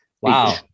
Wow